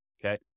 okay